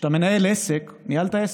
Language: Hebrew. כשאתה מנהל עסק, ניהלת עסק?